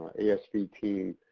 asv team,